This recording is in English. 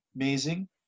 amazing